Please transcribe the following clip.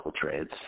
trades